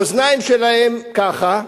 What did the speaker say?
האוזניים שלהם ככה,